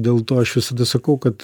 dėl to aš visada sakau kad